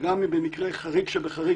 גם אם במקרה חריג שבחריג,